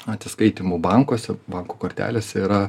atsiskaitymų bankuose bankų kortelėse yra